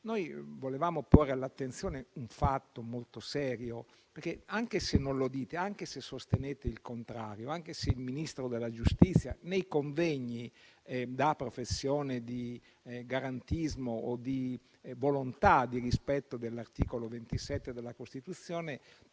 noi volevamo porre all'attenzione un fatto molto serio. Anche se non lo dite, anche se sostenete il contrario, anche se il Ministro della giustizia nei convegni fa professione di garantismo e di volontà di rispetto dell'articolo 27 della Costituzione,